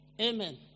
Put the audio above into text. Amen